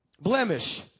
blemish